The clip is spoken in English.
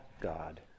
God